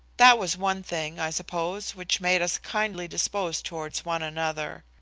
that was one thing, i suppose, which made us kindly disposed towards one another.